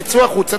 תצאו החוצה,